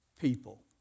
people